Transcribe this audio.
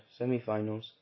semifinals